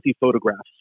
photographs